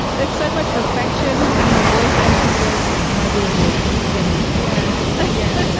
there's so much affection in her voice when she says, my dear boy, henry, go, yes yeah,